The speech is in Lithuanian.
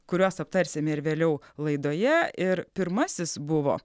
kuriuos aptarsim ir vėliau laidoje ir pirmasis buvo